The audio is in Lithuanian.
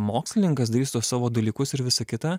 mokslininkas darysiu tuos savo dalykus ir visa kita